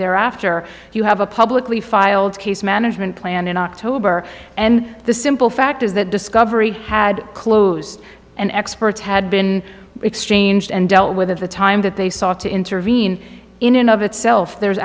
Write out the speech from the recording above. thereafter you have a publicly filed case management plan in october and the simple fact is that discovery had closed and experts had been exchanged and dealt with at the time that they sought to intervene in and of itself there's